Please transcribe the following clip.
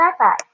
backpack